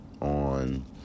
on